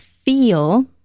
feel